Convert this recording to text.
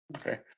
Okay